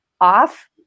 off